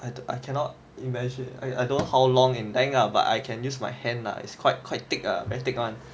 I don't I cannot imagine I I don't how long in length lah but I can use my hand lah it's quite quite thick lah very thick one